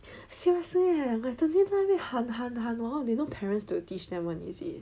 seriously leh 整天在那边喊喊喊 hor they no parents to teach them [one] is it